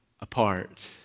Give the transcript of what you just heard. apart